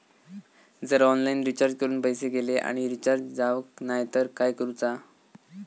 जर online recharge करून पैसे गेले आणि रिचार्ज जावक नाय तर काय करूचा?